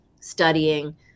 studying